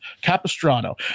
Capistrano